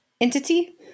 entity